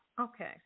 Okay